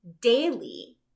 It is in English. daily